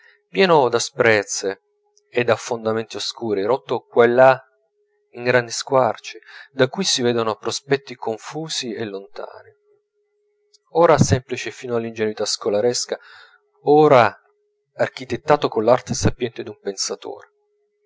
pieno d'asprezze e d'affondamenti oscuri rotto qua e là in grandi squarci da cui si vedono prospetti confusi e lontani ora semplice fino all'ingenuità scolaresca ora architettato coll'arte sapiente d'un pensatore